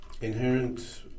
inherent